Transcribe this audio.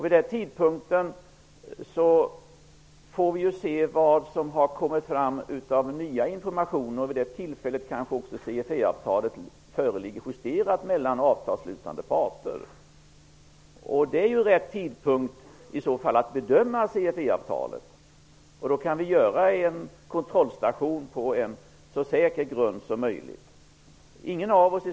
Vid den tidpunkten får vi se vad som har kommit fram av nya informationer. Vid det tillfället kanske också CFE-avtalet föreligger justerat mellan avtalsslutande parter. Det är i så fall rätt tidpunkt att bedöma CFE-avtalet. Då kan vi göra en kontroll på en så säker grund som möjligt.